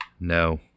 No